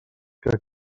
que